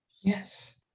Yes